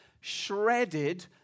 shredded